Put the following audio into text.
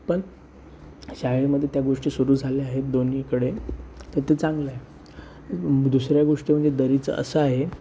पण शाळेमध्ये त्या गोष्टी सुरु झाल्या आहेत दोन्हीकडे तर ते चांगलं आहे दुसऱ्या गोष्ट म्हणजे दरीचा असा आहे